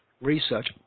research